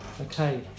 Okay